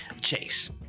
chase